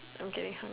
okay